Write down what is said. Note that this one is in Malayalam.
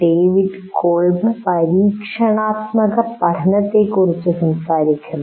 ഡേവിഡ് കോൾബ് പരീക്ഷണാത്മകപഠനത്തെക്കുറിച്ച് സംസാരിക്കുന്നു